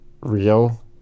real